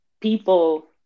people